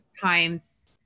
times